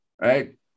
right